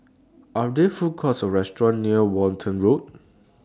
Are There Food Courts Or restaurants near Walton Road